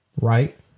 right